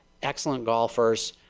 excellent golfers,